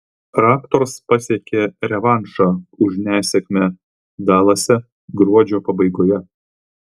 raptors pasiekė revanšą už nesėkmę dalase gruodžio pabaigoje